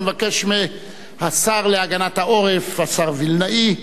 אני מבקש מהשר להגנת העורף, השר וילנאי,